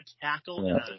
tackle